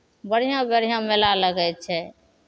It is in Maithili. बढ़िआँ बढ़िआँ मेला लगै छै